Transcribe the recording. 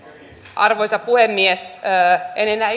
arvoisa puhemies en enää